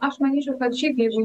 aš manučiau kad šiaip jeigu